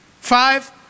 Five